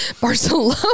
Barcelona